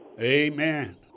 Amen